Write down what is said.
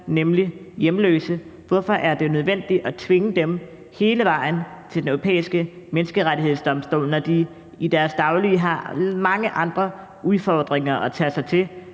nemlig de hjemløse. Hvorfor er det nødvendigt at tvinge dem hele vejen til Den Europæiske Menneskerettighedsdomstol, når de i deres dagligdag har mange andre udfordringer at tage sig af: